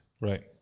Right